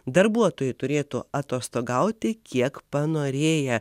darbuotojai turėtų atostogauti kiek panorėję